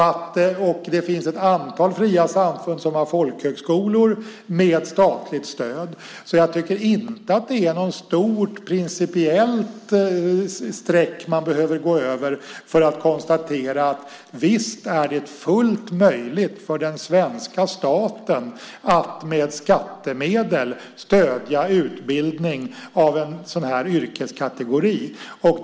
Det finns också ett antal fria samfund som har folkhögskolor med statligt stöd. Jag tycker därför inte att det så att säga är något stort principiellt streck man behöver gå över för att konstatera att det visst är fullt möjligt för den svenska staten att med skattemedel stödja en sådan här yrkeskategoris utbildning.